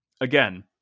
again